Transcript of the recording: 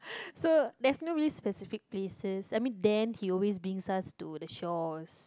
so there's no really specific places I mean then he always brings us to the shores